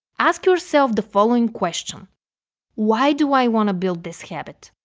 ask yourself the following question why do i want to build this habit